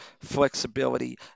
flexibility